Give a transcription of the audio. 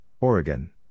Oregon